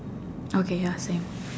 okay ya same